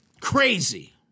Crazy